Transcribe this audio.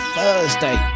Thursday